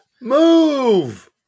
Move